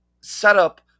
setup